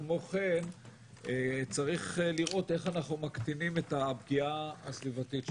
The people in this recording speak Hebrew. כמו כן צריך לראות איך אנחנו מקטינים את הפגיעה הסביבתית שלו.